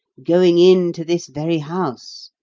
going into this very house,